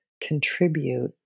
contribute